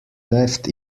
left